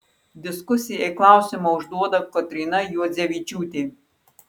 diskusijai klausimą užduoda kotryna juodzevičiūtė